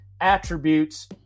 attributes